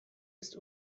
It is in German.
ist